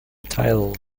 title